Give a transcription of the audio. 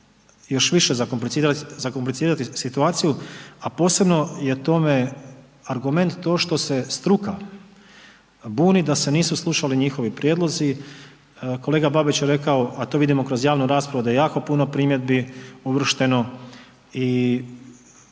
još više zakomplicirati situaciju, a posebno je tome argument to što se struka buni da se nisu slušali njihovi prijedlozi. Kolega Babić je rekao a to vidimo kroz javnu raspravu da je jako puno primjedbi uvršteno i